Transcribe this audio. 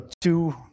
two